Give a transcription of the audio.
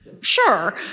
Sure